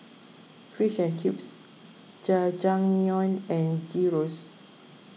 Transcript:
Fish and Chips Jajangmyeon and Gyros